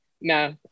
No